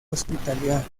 hospitalidad